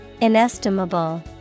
Inestimable